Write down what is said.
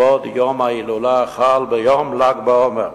לכבוד יום ההילולה, החל ביום ל"ג בעומר.